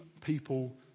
people